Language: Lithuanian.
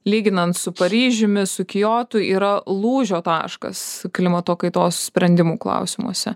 lyginant su paryžiumi su kijotu yra lūžio taškas klimato kaitos sprendimų klausimuose